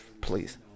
please